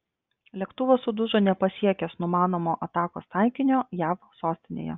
lėktuvas sudužo nepasiekęs numanomo atakos taikinio jav sostinėje